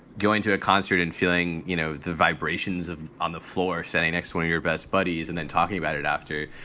going to a concert and feeling, you know, the vibrations of on the floor sending next when you're best buddies and then talking about it after.